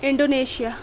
Indonesia